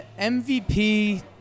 MVP